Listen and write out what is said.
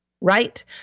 right